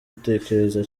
utekereza